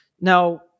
Now